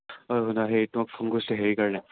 ঐ শুনা হেৰি মই তোমাক ফোন কৰিছিলোঁ এই হেৰি কাৰণে